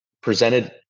presented